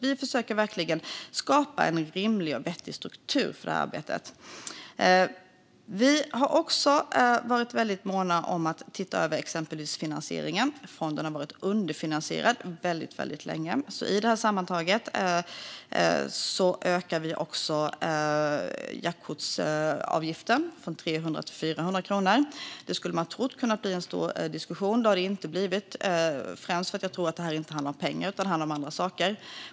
Vi försöker alltså verkligen skapa en rimlig och vettig struktur för det här arbetet. Vi har också varit väldigt måna om att titta över exempelvis finansieringen. Fonden har varit underfinansierad väldigt länge. Sammantaget ökar vi därför också jaktkortsavgiften från 300 till 400 kronor, vilket man kunde ha trott skulle leda till en stor diskussion. Det har det inte gjort - främst, tror jag, för att detta inte handlar om pengar utan om andra saker.